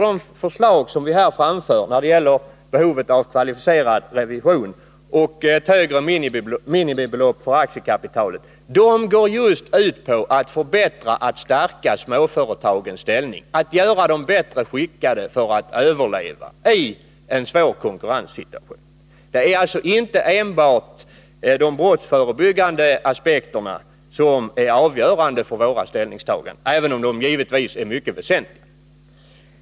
De förslag som vi framför när det gäller behovet av kvalificerad revision och ett högre minimibelopp för aktiekapitalet går just ut på att förbättra och stärka småföretagens ställning, att göra dem bättre skickade att överleva i en svår konkurrenssituation. Det är alltså inte enbart de brottsförebyggande aspekterna som är avgörande för våra ställningstaganden, även om de givetvis är mycket väsentliga.